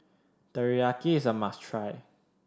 teriyaki is a must try